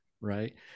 right